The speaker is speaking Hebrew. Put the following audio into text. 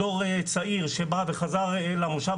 דור צעיר שבא וחזר למושב,